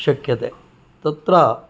शक्यते तत्र